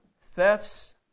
thefts